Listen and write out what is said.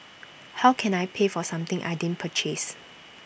how can I pay for something I didn't purchase